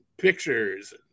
pictures